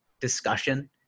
discussion